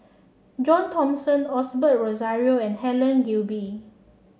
John Thomson Osbert Rozario and Helen Gilbey